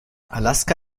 alaska